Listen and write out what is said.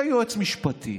זה יועץ משפטי.